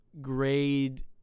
grade